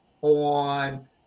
on